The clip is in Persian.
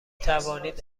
توانید